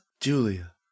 Julia